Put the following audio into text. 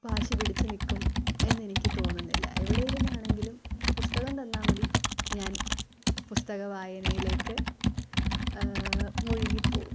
വാശിപിടിച്ച് നിൽക്കും എന്നെനിക്ക് തോന്നുന്നില്ല എവിടെ ഇരുന്നാണെങ്കിലും പുസ്തകം തന്നാൽ മതി ഞാൻ പുസ്തക വായനയിലേക്കു മുഴുകിപ്പോകും